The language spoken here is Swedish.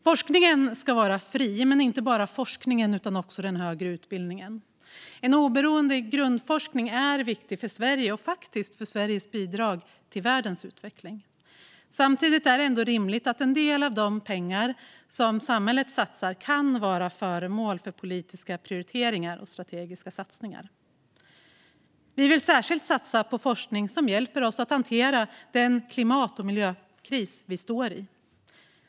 Forskningen ska vara fri, men inte bara forskningen utan också den högre utbildningen. Oberoende grundforskning är viktigt för Sverige och faktiskt även för Sveriges bidrag till världens utveckling. Samtidigt är det rimligt att en del av de pengar som samhället satsar kan vara föremål för politiska prioriteringar och strategiska satsningar. Vi vill särskilt satsa på forskning som hjälper oss att hantera den klimat och miljökris vi står i.